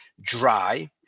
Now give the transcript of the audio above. dry